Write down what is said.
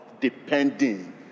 depending